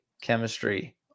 chemistry